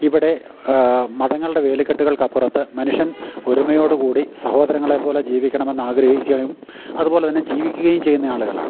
ഇവിടെ മതങ്ങളുടെ വേലി കെട്ടുകൾക്കപ്പുറത്ത് മനുഷ്യൻ ഒരുമയോടു കൂടി സഹോദരങ്ങളെ പോലെ ജീവിക്കണമെന്ന് ആഗ്രഹിക്കയും അതുപോലെ തന്നെ ജീവിക്കുകയും ചെയ്യുന്ന ആളുകളാണ്